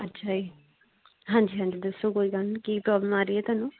ਅੱਛਾ ਜੀ ਹਾਂਜੀ ਹਾਂਜੀ ਦੱਸੋ ਕੋਈ ਗੱਲ ਨਹੀਂ ਕੀ ਪ੍ਰੋਬਲਮ ਆ ਰਹੀ ਹੈ ਤੁਹਾਨੂੰ